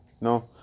No